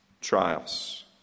trials